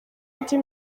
ujye